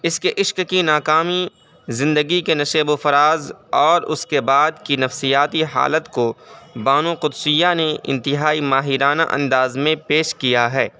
اس کے عشق کی ناکامی زندگی کے نشیب و فراز اور اس کے بعد کی نفسیاتی حالت کو بانو قدسیہ نے انتہائی ماہرانہ انداز میں پیش کیا ہے